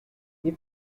ابق